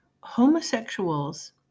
Homosexuals